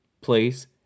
place